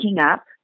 up